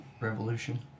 Revolution